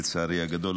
לצערי הגדול.